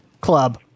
club